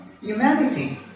Humanity